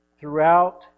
Throughout